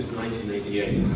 1988